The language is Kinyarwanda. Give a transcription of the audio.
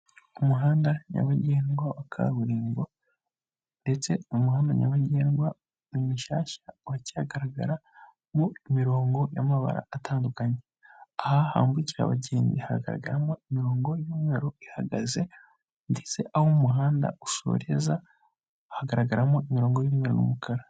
Umuhanda nyabagendwa wa kaburimbo, ndetse umuhanda nyabagendwa ni mushyashya uracyagaragaramo imirongo y'amabara atandukanye, aha hambukira abagenzi haragaragaramo imirongo y'umweru ihagaze, ndetse aho umuhanda usoreza hagaragaramo imirongo y'umweru n'umukara.